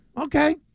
Okay